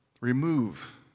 Remove